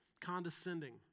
condescending